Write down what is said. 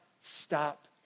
stop